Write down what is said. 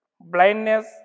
blindness